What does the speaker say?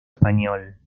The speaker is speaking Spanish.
español